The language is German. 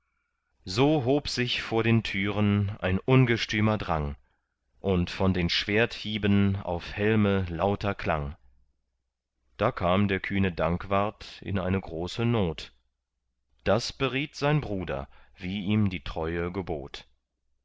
so hob sich vor den türen ein ungestümer drang und von den schwerthieben auf helme lauter klang da kam der kühne dankwart in eine große not das beriet sein bruder wie ihm die treue gebot